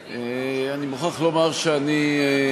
ילין, נדמה לי, אמר כאן דברים שראויים